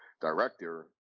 director